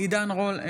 עידן רול,